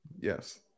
Yes